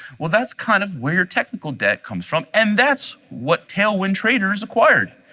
well, that's kind of weird technical debt comes from and that's what tailwind traders acquired.